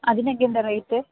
അതിനൊക്കെ എന്താണ് റെയ്റ്റ്